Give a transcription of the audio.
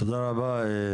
תודה רבה,